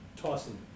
tossing